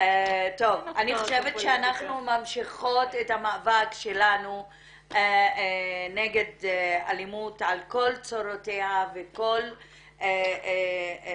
חושבת שאנחנו ממשיכות את המאבק שלנו נגד אלימות על כל צורותיה ועל כל